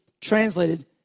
translated